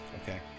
okay